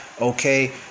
okay